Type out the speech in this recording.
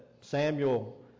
Samuel